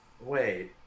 Wait